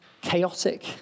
chaotic